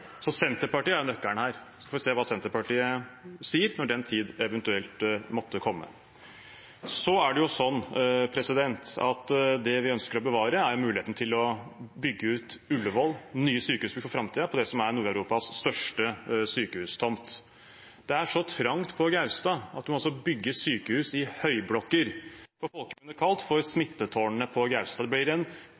Senterpartiet er nøkkelen her, så vi får se hva Senterpartiet sier når den tid eventuelt måtte komme. Det vi ønsker å bevare, er muligheten til å bygge ut Ullevål med nye sykehusbygg for framtiden på det som er Nord-Europas største sykehustomt. Det er så trangt på Gaustad at man må bygge sykehus i høyblokker, på folkemunne kalt for smittetårnene på Gaustad.